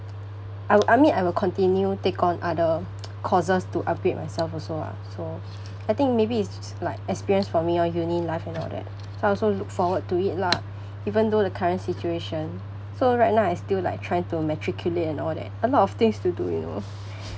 I wi~ I mean I will continue take on other courses to upgrade myself also ah so I think maybe it's s~ like experience for me lor uni life and all that so I also look forward to it lah even though the current situation so right now I still like trying to matriculate and all that a lot of things to do you know